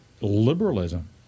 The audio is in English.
liberalism